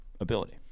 ability